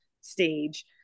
stage